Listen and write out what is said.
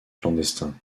clandestins